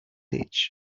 ditch